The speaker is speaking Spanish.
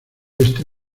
este